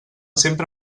sempre